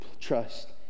trust